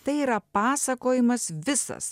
tai yra pasakojimas visas